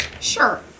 sure